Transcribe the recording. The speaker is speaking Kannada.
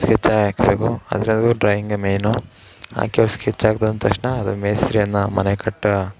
ಸ್ಕೆಚ್ಚೇ ಹಾಕ್ಬೇಕು ಅದ್ರಾಗೂ ಡ್ರಾಯಿಂಗೆ ಮೇಯ್ನು ಹಾಕಿರೋ ಸ್ಕೆಚ್ ಹಾಕಿದ ಅಂದ ತಕ್ಷಣ ಅದ್ರ ಮೇಸ್ತ್ರಿಯನ್ನು ಮನೆ ಕಟ್ಟ